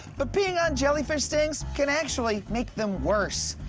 but peeing on jellyfish stings can actually make them worse.